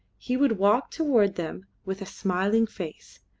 he would walk toward them with a smiling face,